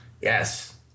Yes